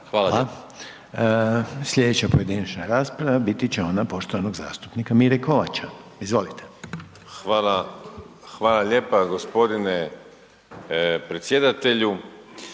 Hvala. Sljedeća pojedinačna rasprava biti će ona poštovanog zastupnika Mire Kovača. Izvolite. **Kovač, Miro (HDZ)** Hvala lijepa. Gospodine predsjedatelju.